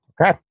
Okay